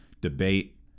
debate